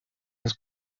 was